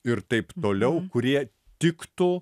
ir taip toliau kurie tiktų